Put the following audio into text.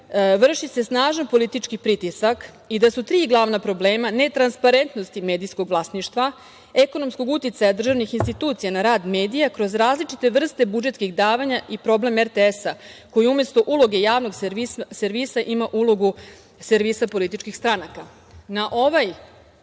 vrši se snažan politički pritisak i da su tri glavna problema netransparentnosti medijskog vlasništva, ekonomskog uticaja državnih institucija na rad medija kroz različite vrste budžetskih davanja i problem RTS-a, koji umesto uloge javnog servisa ima ulogu servisa političkih stranaka. Na ovaj